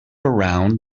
around